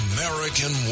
American